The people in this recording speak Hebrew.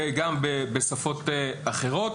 וגם בשפות אחרות.